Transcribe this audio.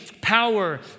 power